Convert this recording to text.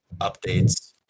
updates